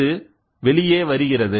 இது வெளியே வருகிறது